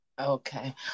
Okay